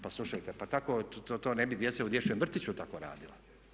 Pa slušajte, pa tako, to ne bi djeca u dječjem vrtiću tako radila.